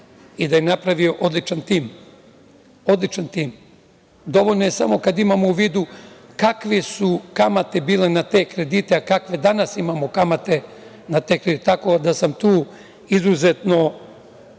i da je napravio odličan tim. Dovoljno je samo kad imamo u vidu kakve su kamate bile na te kredite, a kakve danas imamo kamate na te kredite, tako da sam tu izuzetno